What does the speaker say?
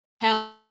help